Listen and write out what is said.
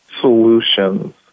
solutions